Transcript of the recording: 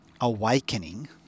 awakening